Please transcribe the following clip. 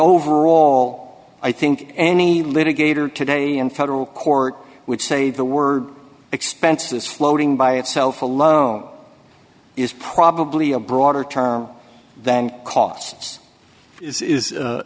overall i think any litigator today in federal court would say the word expenses floating by itself alone is probably a broader term than costs is is